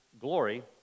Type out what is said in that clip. glory